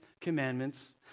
commandments